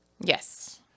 Yes